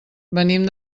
venim